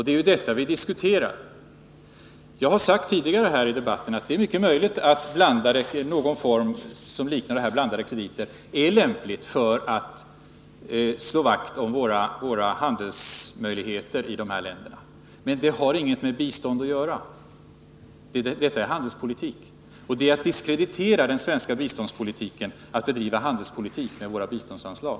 Det är ju detta vi diskuterar. Jag har sagt tidigare här i debatten att det är mycket möjligt att någon form som liknar blandade krediter är lämplig för att slå vakt om våra handelsmöjligheter i dessa länder. Men det har ingenting med bistånd att göra— detta är handelspolitik — och det är att diskreditera den svenska biståndspolitiken att bedriva handelspolitik med våra biståndsanslag.